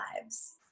lives